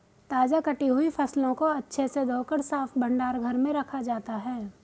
ताजा कटी हुई फसलों को अच्छे से धोकर साफ भंडार घर में रखा जाता है